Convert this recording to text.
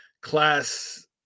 Class